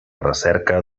recerca